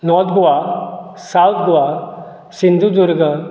north Goa south Goa Sindhudurg